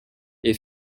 est